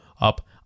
up